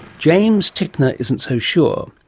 james tickner isn't so sure,